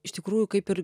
iš tikrųjų kaip ir